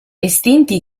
estinti